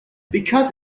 because